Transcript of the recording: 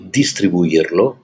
distribuirlo